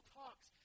talks